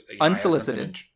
Unsolicited